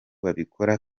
babikora